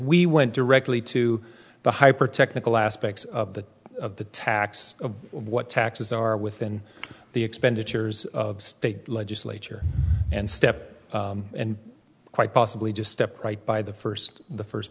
we went directly to the hyper technical aspects of the of the tax of what taxes are within the expenditures of state legislature and step and quite possibly just step right by the first the first